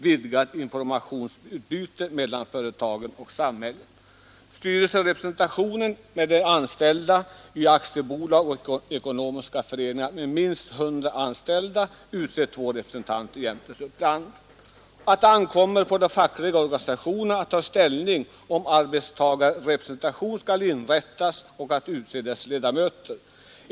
Vidgat informationsutbyte mellan företagen och samhället. Det ankommer på de fackliga organisationerna att ta ställning till om arbetstagarrepresentation skall inrättas och att utse dess ledamöter.